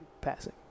passing